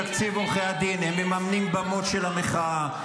מתקציב עורכי הדין הם ממנים במות של המחאה,